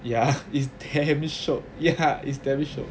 ya it's damn shiok ya it's damn shiok